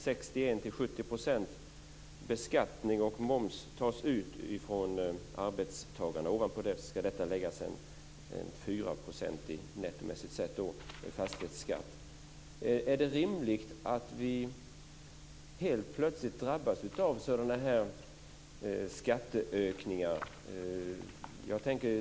61-70 % beskattning och moms tas ut från arbetstagarna. Ovanpå detta ska läggas 4 % netto i fastighetsskatt. Är det rimligt att vi helt plötsligt drabbas av sådana här skatteökningar?